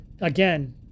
again